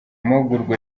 mahugurwa